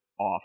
off